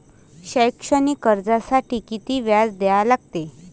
शैक्षणिक कर्जासाठी किती व्याज द्या लागते?